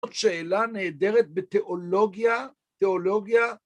‫זאת שאלה נהדרת בתיאולוגיה, ‫תיאולוגיה...